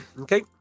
Okay